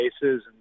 cases